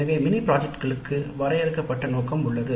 எனவே மினி திட்டத்திற்கு வரையறுக்கப்பட்ட நோக்கம் உள்ளது